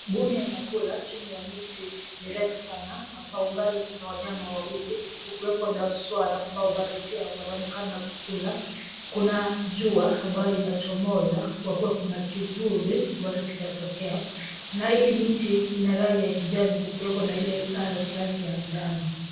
Mbuni anakula chini ya miti mirefu sana na kwa umbali kuna wanyama wawili ukiwepo na swara ambao pia wanaonekana kukula. Kuna jua ambayo inachomoza kwa kuwa kuna kivuli ambacho kinatokea na hii miti ina rangi ya kijani kukiwepo na rangi ya njano.